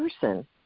person